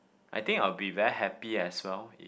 I think I will be very happy as well